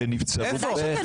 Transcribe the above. איפה?